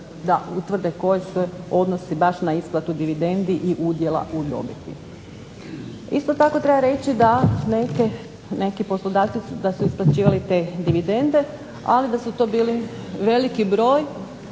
utvrde koje se odnosi baš na isplatu dividendi i udjela u dobiti. Isto tako treba reći da su neki poslodavci isplaćivali te dividende, ali da su to bili veliki broj